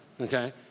okay